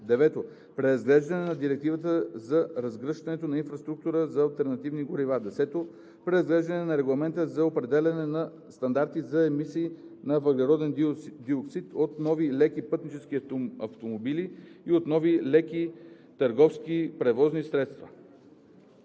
9. Преразглеждане на Директивата за разгръщането на инфраструктура за алтернативни горива. 10. Преразглеждане на Регламента за определяне на стандарти за емисиите на въглероден диоксид от нови леки пътнически автомобили и от нови леки търговски превозни средства.